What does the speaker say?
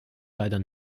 leider